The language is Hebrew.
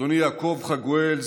אדוני יעקב חגואל,